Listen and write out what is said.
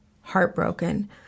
heartbroken